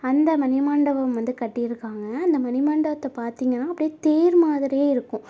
அந்த மணிமண்டபம் வந்து கட்டியிருக்காங்க அந்த மணிமண்டபத்தை பார்த்திங்கனா அப்படியே தேர் மாதிரியே இருக்கும்